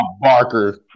Barker